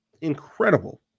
Incredible